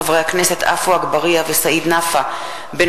הצעותיהם של חברי הכנסת עפו אגבאריה וסעיד נפאע.